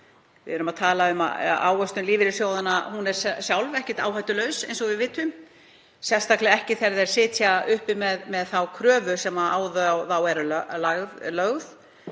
Við erum að tala um að ávöxtun lífeyrissjóðanna sé ekki áhættulaus, eins og við vitum, sérstaklega ekki þegar þeir sitja uppi með þá kröfu sem á þá er lögð.